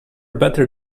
better